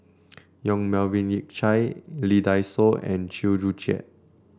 Yong Melvin Yik Chye Lee Dai Soh and Chew Joo Chiat